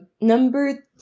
Number